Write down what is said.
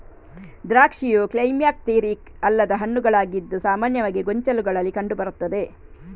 ದ್ರಾಕ್ಷಿಯು ಕ್ಲೈಮ್ಯಾಕ್ಟೀರಿಕ್ ಅಲ್ಲದ ಹಣ್ಣುಗಳಾಗಿದ್ದು ಸಾಮಾನ್ಯವಾಗಿ ಗೊಂಚಲುಗಳಲ್ಲಿ ಕಂಡು ಬರುತ್ತದೆ